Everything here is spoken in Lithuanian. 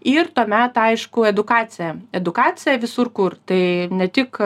ir tuomet aišku edukacija edukacija visur kur tai ne tik